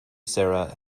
sarah